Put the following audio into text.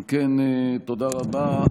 אם כן, תודה רבה.